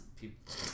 People